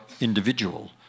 individual